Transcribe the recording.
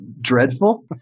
dreadful